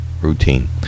routine